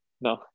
No